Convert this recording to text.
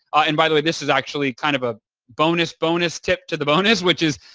and by the way this is actually kind of a bonus, bonus tip to the bonus, which is